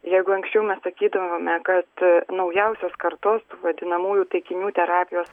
jeigu anksčiau mes sakydavome kad naujausios kartos vadinamųjų taikinių terapijos